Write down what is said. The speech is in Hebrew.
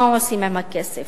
מה עושים עם הכסף?